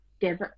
give